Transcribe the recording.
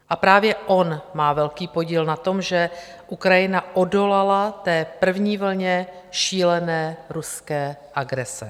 A právě on má velký podíl na tom, že Ukrajina odolala první vlně šílené ruské agrese.